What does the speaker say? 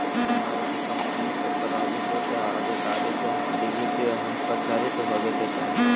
जमा रसीद कंपनी के प्राधिकृत अधिकारी से विधिवत हस्ताक्षरित होबय के चाही